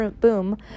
boom